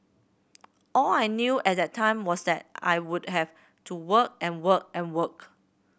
all I knew at that time was that I would have to work and work and work